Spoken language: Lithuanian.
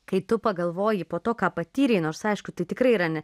kai tu pagalvoji po to ką patyrei nors aišku tai tikrai yra ne